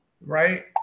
right